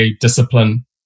discipline